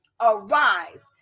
arise